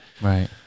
Right